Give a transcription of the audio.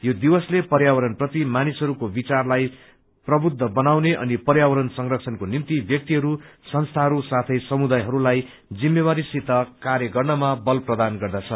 यो दिवसले पर्यावरणप्रति मानिसहरूको विचारलाई प्रबुद्ध बनाउने अनि पर्यावरण संरक्षणको निम्ति व्यक्तिहरू संस्थाहरू साथै समुदायहरूलाई जिम्मेवारीसित कार्य गर्नमा बल प्रदान गर्दछ